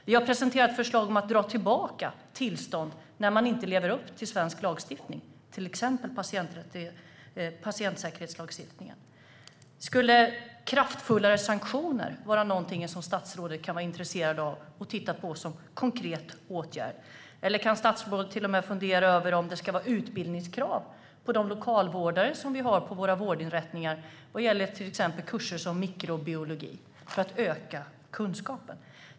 Vi har presenterat ett förslag om att dra tillbaka tillstånd när man inte lever upp till svensk lagstiftning, till exempel patientsäkerhetslagstiftningen. Skulle kraftfullare sanktioner vara någonting som statsrådet kan vara intresserad av att titta på som en konkret åtgärd? Eller kan statsrådet till och med fundera över om det ska vara utbildningskrav på de lokalvårdare som vi har på våra vårdinrättningar, till exempel kurser i mikrobiologi, för att öka kunskapen?